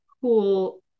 cool